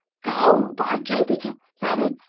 goal, by jupiter! now then,